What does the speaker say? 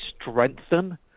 strengthen